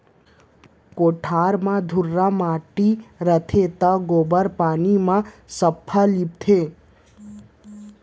कोठार म धुर्रा माटी रथे त गोबर पानी म सफ्फा लीपथें